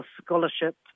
scholarship